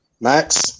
Max